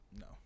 No